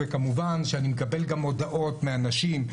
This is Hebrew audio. כמובן שאני מקבל גם הודעות מאנשים.